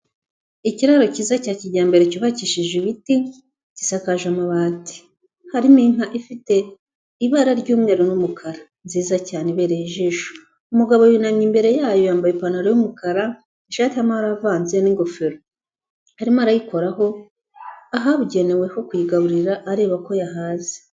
Ikiraro cyiza cya kijyambere cyubakishije ibiti gisakaje amabati, harimo inka ifite ibara ry'umweru n'umukara nziza cyane ibereye ijisho, umugabo yunamye imbere yayo yambaye ipantaro y'umukara ishati y'amabara avanze n'ingofero, arimo arayikoraho ahabugenewe ho kuyigaburira areba ko yahaze